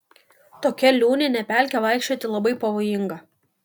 tokia liūnine pelke vaikščioti labai pavojinga